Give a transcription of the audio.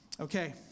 Okay